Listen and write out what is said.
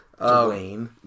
Dwayne